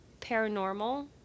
paranormal